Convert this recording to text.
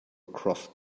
across